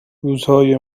روزهای